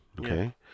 okay